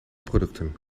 producten